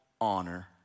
honor